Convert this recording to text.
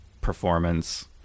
performance